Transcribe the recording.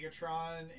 Megatron